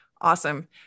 Awesome